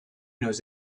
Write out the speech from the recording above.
knows